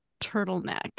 turtleneck